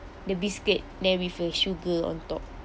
the biscuit then with a sugar on top